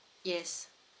yes